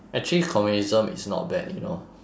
actually communism is not bad you know